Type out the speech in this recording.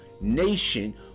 nation